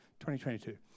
2022